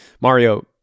Mario